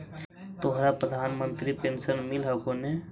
तोहरा प्रधानमंत्री पेन्शन मिल हको ने?